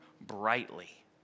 brightly